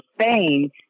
Spain